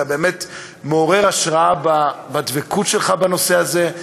אתה באמת מעורר השראה בדבקות שלך בנושא הזה,